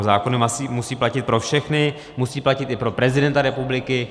Zákony musí platit pro všechny, musí platit i pro prezidenta republiky.